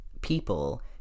people